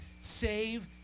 save